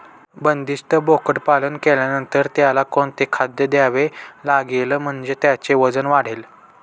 बंदिस्त बोकडपालन केल्यानंतर त्याला कोणते खाद्य द्यावे लागेल म्हणजे त्याचे वजन वाढेल?